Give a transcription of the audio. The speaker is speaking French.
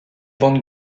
van